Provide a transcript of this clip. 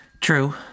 True